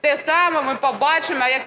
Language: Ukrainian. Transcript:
те саме ми побачимо, як